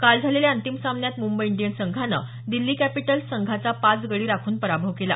काल झालेल्या अंतिम सामन्यात मुंबई इंडियन्स संघानं दिल्ली कॅपिटल्स संघाचा पाच गडी राखून पराभव केला